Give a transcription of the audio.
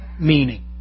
meaning